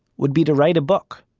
would be to write a book.